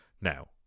Now